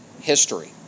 history